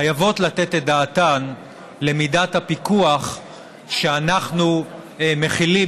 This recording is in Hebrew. חייבות לתת את דעתן למידת הפיקוח שאנחנו מחילים